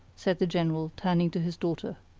said the general, turning to his daughter.